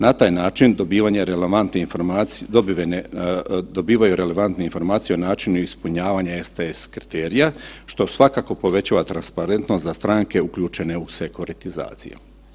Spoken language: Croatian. Na taj način dobivanje relevantne informacije, dobivaju relevantne informacije o načinu ispunjavanja STS kriterija što svakako povećava transparentnost za stranke uključene u sekuratizaciju.